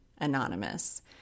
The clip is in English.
anonymous